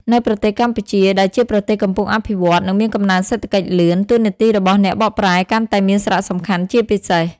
នៅប្រទេសកម្ពុជា ដែលជាប្រទេសកំពុងអភិវឌ្ឍន៍ និងមានកំណើនសេដ្ឋកិច្ចលឿន តួនាទីរបស់អ្នកបកប្រែកាន់តែមានសារៈសំខាន់ជាពិសេស។